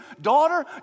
Daughter